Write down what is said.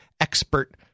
expert